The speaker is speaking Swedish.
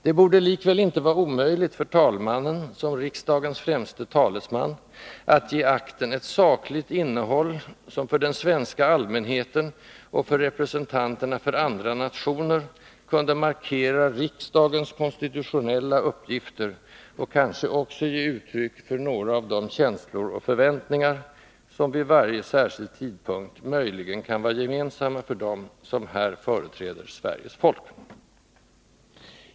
Det borde likväl inte vara omöjligt för talmannen, som riksdagens främste talesman, att ge akten ett sakligt 63 innehåll, som för den svenska allmänheten — och för representanterna för andra nationer — kunde markera riksdagens konstitutionella uppgifter och kanske också ge uttryck för några av de känslor och förväntningar som vid varje särskild tidpunkt möjligen kan vara gemensamma för dem som här företräder Sveriges folk.